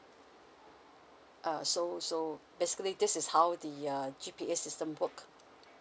uh so so basically this is how the err system work